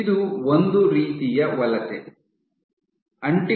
ಇದು ಒಂದು ರೀತಿಯ ವಲಸೆ